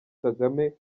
kagame